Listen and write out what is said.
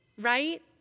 Right